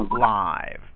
live